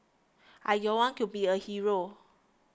I don't want to be a hero